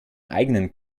eigenen